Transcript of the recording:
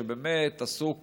שבאמת עסוק